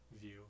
view